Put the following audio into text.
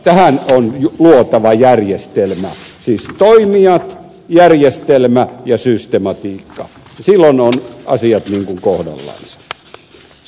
tähän on luotava järjestelmä siis toimijat järjestelmä ja systematiikka silloin ovat asiat kohdallansa